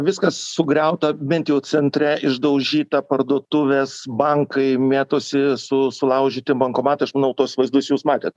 viskas sugriauta bent jau centre išdaužyta parduotuvės bankai mėtosi su sulaužyti bankomatai aš manau tuos vaizdus jūs matėt